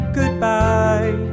goodbye